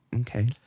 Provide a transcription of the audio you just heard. okay